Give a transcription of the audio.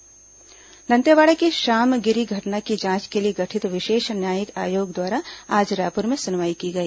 श्यामगिरी न्यायिक जांच दंतेवाड़ा की श्यामगिरी घटना की जांच के लिए गठित विशेष न्यायिक आयोग द्वारा आज रायपुर में सुनवाई की गई